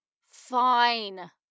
Fine